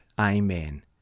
Amen